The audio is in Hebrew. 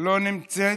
לא נמצא.